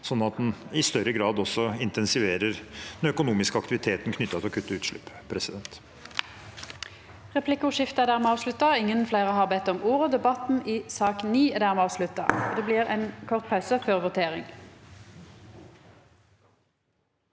sånn at en i større grad intensiverer den økonomiske aktiviteten knyttet til å kutte utslipp.